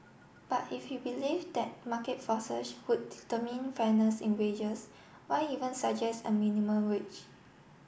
but if you believe that market forces would determine fairness in wages why even suggest a minimum wage